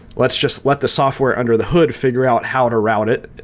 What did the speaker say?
let's just let the software under the hood figure out how to route it.